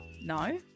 No